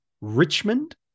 Richmond